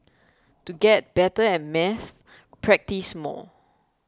to get better at maths practise more